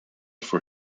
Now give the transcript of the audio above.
for